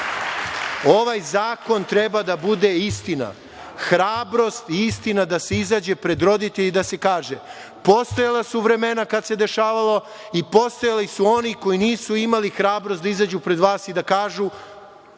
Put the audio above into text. ovaj zakon treba da bude istina, hrabrost, istina, da se izađe ispred roditelja i da se kaže – postojala su vremena kada se dešavalo, i postojali su oni koji nisu imali hrabrost da izađu pred vas i da kažu